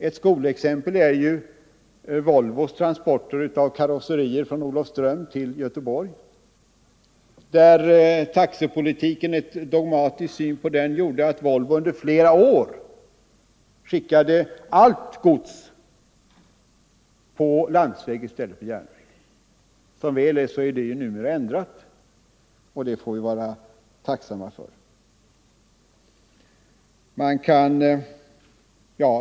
Ett skolexempel är Volvos transport av karosserier från Olofström till Göteborg. En dogmatisk syn i SJ på taxepolitiken gjorde att Volvo under flera år skickade allt gods på landsväg i stället för järnväg. Som väl är har detta numera ändrats, och det får vi vara tacksamma för.